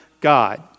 God